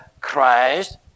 Christ